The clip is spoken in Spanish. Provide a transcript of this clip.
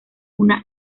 una